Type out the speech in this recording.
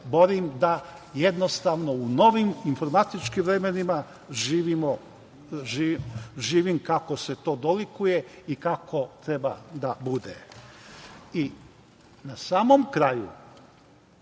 borim da jednostavno u novim informatičkim vremenima, živim kako se to dolikuje i kako treba da bude. Na samom kraju